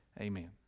Amen